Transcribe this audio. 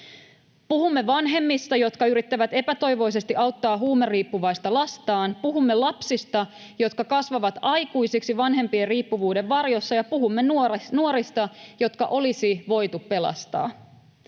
Puhumme vanhemmista, jotka yrittävät epätoivoisesti auttaa huumeriippuvaista lastaan. Puhumme lapsista, jotka kasvavat aikuisiksi vanhempien riippuvuuden varjossa, ja puhumme nuorista, jotka olisi voitu pelastaa.